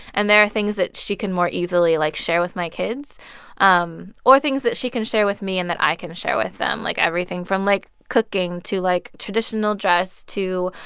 and there are things that she can more easily, like share with my kids um or things that she can share with me and that i can share with them like, everything from, like, cooking to, like, traditional dress to,